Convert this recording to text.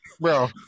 bro